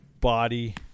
body